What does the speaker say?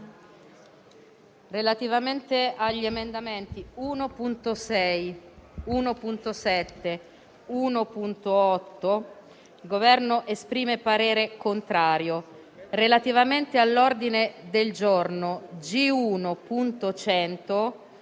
relativamente agli emendamenti 1.6, 1.7 e 1.8 il Governo esprime un parere contrario. Per quanto riguarda l'ordine del giorno G1.100,